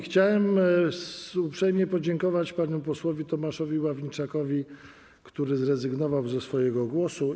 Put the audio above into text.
Chciałem uprzejmie podziękować panu posłowi Tomaszowi Ławniczakowi, który zrezygnował ze swojego głosu.